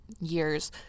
years